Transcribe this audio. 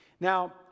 Now